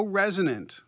resonant